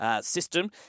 system